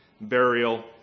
burial